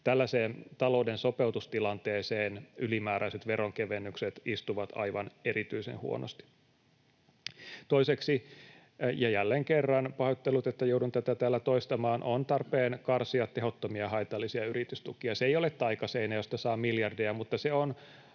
Tällaiseen talouden sopeutustilanteeseen ylimääräiset veronkevennykset istuvat aivan erityisen huonosti. Toiseksi — ja jälleen kerran pahoittelut, että joudun tätä täällä toistamaan — on tarpeen karsia tehottomia, haitallisia yritystukia. Se ei ole taikaseinä, josta saa miljardeja, mutta se on